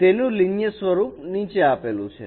તેનું લિનિયર સ્વરૂપ નીચે આપેલું છે